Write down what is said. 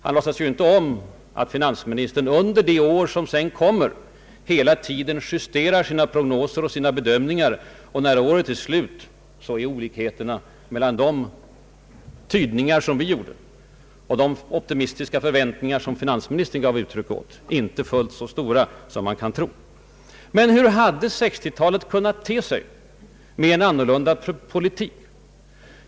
Han låtsades ju inte om att finansministern, under det år som följt på finansplanen, hela tiden justerat sina prognoser och sina bedömningar. När året varit slut har olikheterna mellan de tydningar som vi gjorde och de optimistiska förväntningar som finansministern gav uttryck åt varit inte fullt så stora som herr Palme tycks tro. Hur hade 1960-talet kunnat te sig med en annorlunda utformad politik?